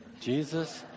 Jesus